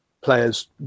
players